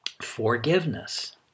Forgiveness